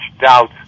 doubt